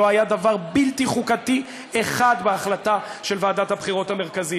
לא היה דבר בלתי חוקתי אחד בהחלטה של ועדת הבחירות המרכזית,